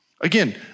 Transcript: Again